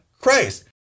Christ